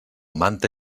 manta